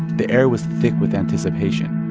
the air was thick with anticipation.